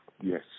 Yes